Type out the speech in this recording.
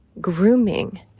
grooming